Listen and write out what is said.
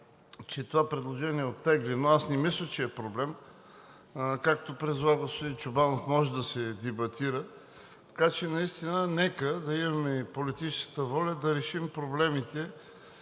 че това предложение е оттеглено, не мисля, че е проблем. Както призова и господин Чобанов, може да се дебатира, така че нека наистина да имаме политическата воля да решим проблемите